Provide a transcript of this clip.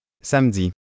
Samedi